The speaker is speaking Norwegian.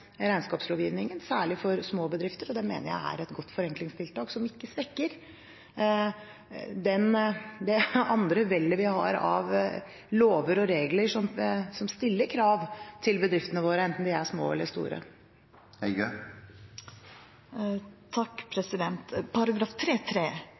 regnskapslovgivningen, særlig for små bedrifter. Det mener jeg er et godt forenklingstiltak som ikke svekker det andre vellet vi har av lover og regler som stiller krav til bedriftene våre, enten de er små eller store.